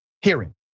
hearing